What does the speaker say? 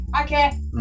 Okay